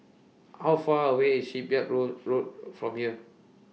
How Far away IS Shipyard Road Road from here